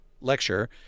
lecture